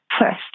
first